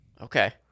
Okay